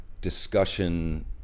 discussion